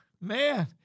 man